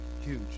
huge